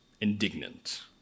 indignant